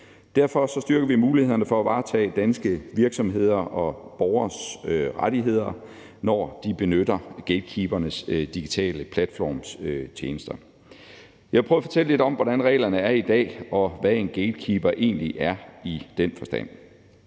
Derfor styrker vi mulighederne for at varetage danske virksomheder og borgeres rettigheder, når de benytter gatekeepernes digitale platformstjenester. Jeg vil prøve at fortælle lidt om, hvordan reglerne er i dag, og hvad en gatekeeper egentlig er i den forstand.